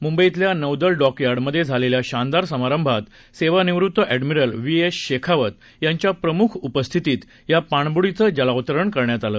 मुंबईतल्या नौदल डॉकिर्याडमधे झालेल्या शानदार समारंभात सेवानिवृत्त अॅडमिरल व्ही एस शेखावत यांच्या प्रमुख उपस्थितीत या पाणबुडीचं जलावतरण झालं